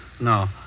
No